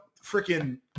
freaking